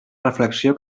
reflexió